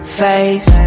face